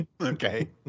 Okay